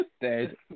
Dead